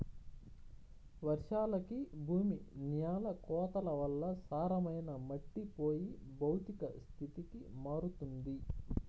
వర్షాలకి భూమి న్యాల కోతల వల్ల సారమైన మట్టి పోయి భౌతిక స్థితికి మారుతుంది